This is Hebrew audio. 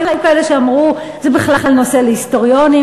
היו כאלה שאמרו: זה בכלל נושא להיסטוריונים.